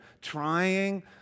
trying